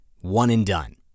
one-and-done